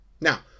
Now